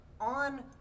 on